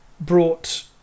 Brought